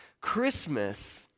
Christmas